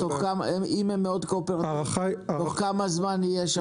תוך כמה זמן יהיה שם?